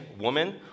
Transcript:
woman